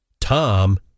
Tom